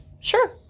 Sure